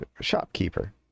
Shopkeeper